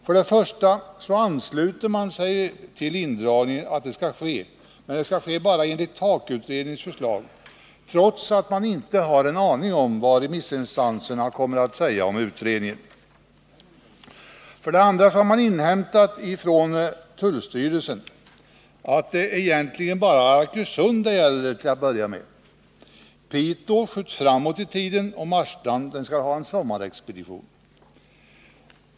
För det första så ansluter sig utskottet till att indragningen skall ske enligt TAK-utredningens förslag, trots att det inte har en aning om vad remissinstanserna kommer att säga om utredningen. För det andra har utskottet från tullstyrelsen inhämtat att det egentligen bara är Arkösund det till att börja med gäller. Piteå skjuts något framåt i tiden, och Marstrand skall ha en sommarexpedition.